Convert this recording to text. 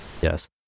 yes